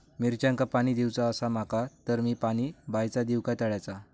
मिरचांका पाणी दिवचा आसा माका तर मी पाणी बायचा दिव काय तळ्याचा?